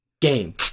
Game